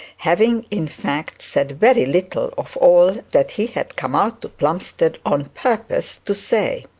having, in fact, said very little of all that he had come out to plumstead on purpose to say.